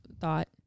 thought